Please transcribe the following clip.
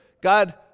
God